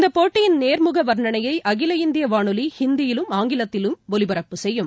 இந்தப்போட்டியின் நேர்முக வர்ணணையை அகில இந்திய வானொலி ஹிந்தியிலும் ஆங்கிலத்திலும் ஒலிபரப்புச் செய்யும்